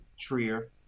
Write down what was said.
Trier